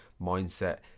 mindset